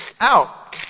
ow